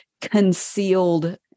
concealed